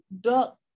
Duck